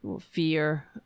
Fear